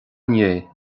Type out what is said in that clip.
inné